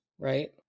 Right